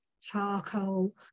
charcoal